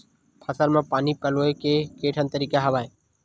फसल म पानी पलोय के केठन तरीका हवय?